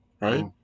right